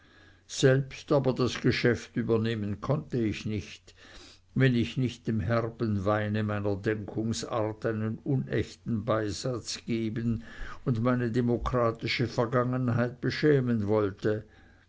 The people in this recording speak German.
selbst aber das geschäft übernehmen konnte ich nicht wenn ich nicht dem herben weine meiner denkungsart einen unechten beisatz geben und meine demokratische vergangenheit beschämen wollte